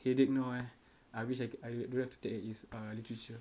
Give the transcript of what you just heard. headache now eh I wish I I don't have to take is uh literature